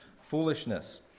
foolishness